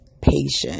patience